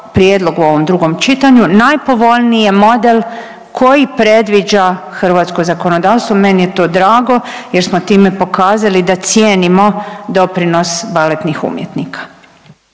prijedlog u ovom drugom čitanju najpovoljniji je model koji predviđa hrvatsko zakonodavstvo. Meni je to drago jer smo time pokazali da cijenimo doprinos baletnih umjetnika.